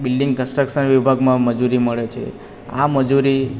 building construction વિભાગમાં મજૂરી મળે છે આ મજૂરી